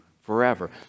forever